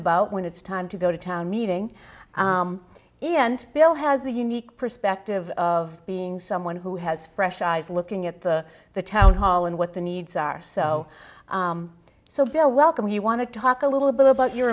about when it's time to go to town meeting and bill has the unique perspective of being someone who has fresh eyes looking at the the town hall and what the needs are so so bill welcome he want to talk a little bit about your